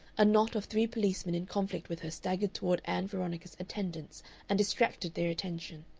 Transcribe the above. a knot of three policemen in conflict with her staggered toward ann veronica's attendants and distracted their attention.